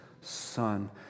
Son